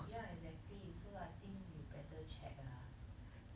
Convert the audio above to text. ya exactly so I think you better check ah